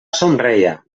somreia